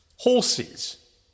horses